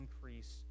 increase